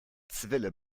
zwille